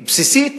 בסיסית,